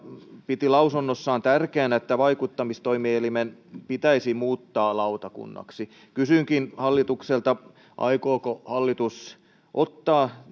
piti lausunnossaan tärkeänä että vaikuttamistoimielin pitäisi muuttaa lautakunnaksi kysynkin hallitukselta aikooko hallitus ottaa